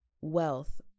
wealth